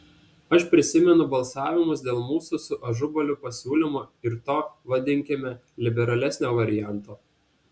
aš prisimenu balsavimus dėl mūsų su ažubaliu pasiūlymo ir to vadinkime liberalesnio varianto